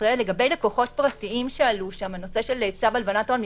ישראל על לקוחות פרטיים בנושא צו הלבנת הון.